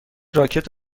راکت